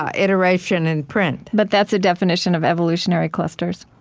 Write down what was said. ah iteration in print but that's a definition of evolutionary clusters?